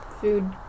food